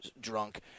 drunk